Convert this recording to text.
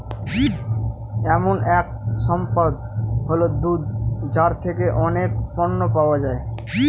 এমন এক সম্পদ হল দুধ যার থেকে অনেক পণ্য পাওয়া যায়